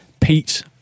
Pete